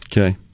Okay